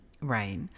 Right